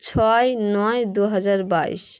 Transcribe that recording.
ছয় নয় দু হাজার বাইশ